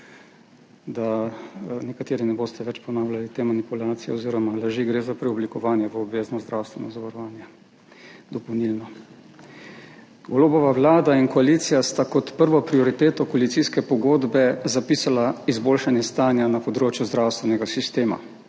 da nekateri ne boste več ponavljali te manipulacije oziroma laži. Gre za preoblikovanje v obvezno zdravstveno zavarovanje, dopolnilno. Golobova vlada in koalicija sta kot prvo prioriteto koalicijske pogodbe zapisala izboljšanje stanja na področju zdravstvenega sistema.